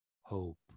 hope